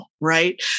Right